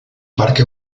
parque